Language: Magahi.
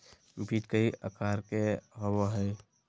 बीज कई आकार के होबो हइ